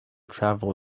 travel